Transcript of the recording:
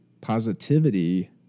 positivity